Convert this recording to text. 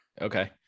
Okay